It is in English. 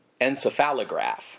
encephalograph